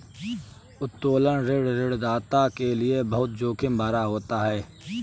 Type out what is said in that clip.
उत्तोलन ऋण ऋणदाता के लये बहुत जोखिम भरा होता है